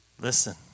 Listen